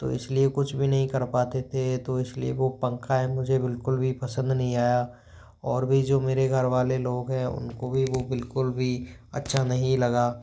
तो इसलिए कुछ भी नहीं कर पाते थे तो इसलिए वह पंखा है मुझे बिल्कुल भी पसंद नहीं आया और भी जो मेरे घर वाले लोग है उनको भी वह बिल्कुल भी अच्छा नहीं लगा